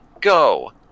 go